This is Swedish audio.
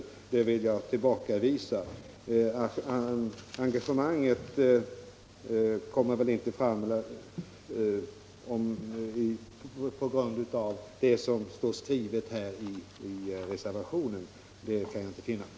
Det påståendet vill jag tillbakavisa. Jag kan inte finna att det som står skrivet i reservationen skulle vara uttryck för något större engagemang.